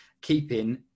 keeping